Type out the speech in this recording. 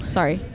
Sorry